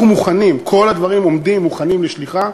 אנחנו מוכנים, כל הדברים עומדים מוכנים לשליחה.